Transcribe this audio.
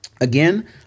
Again